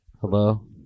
Hello